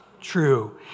true